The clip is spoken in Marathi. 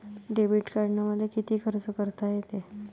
डेबिट कार्डानं मले किती खर्च करता येते?